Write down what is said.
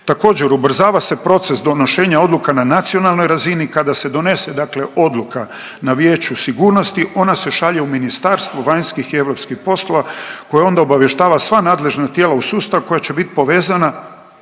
Također ubrzava se proces donošenja odluka na nacionalnoj razini, kada se donese dakle odluka na Vijeću sigurnosti ona se šalje u Ministarstvo vanjskih i europskih poslova koje onda obavještava sva nadležna tijela u sustavu koja će bit povezana